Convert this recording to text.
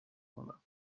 کنم